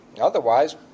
Otherwise